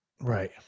Right